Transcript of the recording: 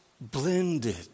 blended